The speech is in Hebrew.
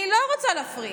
אני לא רוצה להפריט.